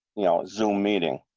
you know so meeting.